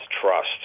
trust